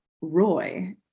Roy